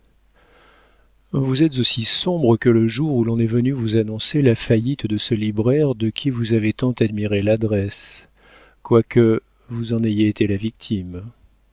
vous êtes aussi sombre que le jour où l'on est venu vous annoncer la faillite de ce libraire de qui vous avez tant admiré l'adresse quoique vous en ayez été la victime